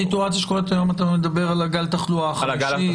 סיטואציה שקורית היום אתה מדבר על גל התחלואה החמישי?